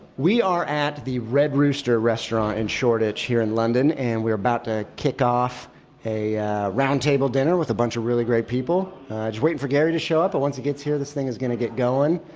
we are at the red rooster restaurant and shortage here in london and we are about to kick off a round-table dinner with a bunch of really great people. we're just waiting for gary to show up, but once he gets here, this thing is going to get going.